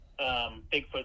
Bigfoot